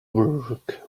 work